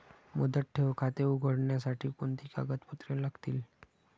मुदत ठेव खाते उघडण्यासाठी कोणती कागदपत्रे लागतील?